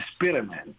experiment